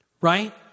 Right